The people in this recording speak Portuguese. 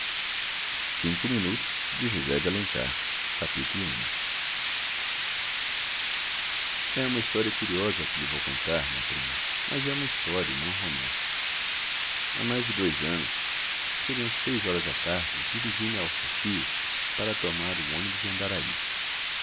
cinco minutos josé de alencar é uma história curiosa a que lhe vou contar minha prima mas é uma história e não um romance há mais de dois anos seriam seis horas da tarde dirigi-me ao rocio para tomar o ônibus de andaraí